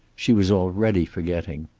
she was already forgetting.